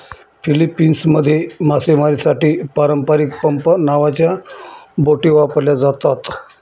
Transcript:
फिलीपिन्समध्ये मासेमारीसाठी पारंपारिक पंप नावाच्या बोटी वापरल्या जातात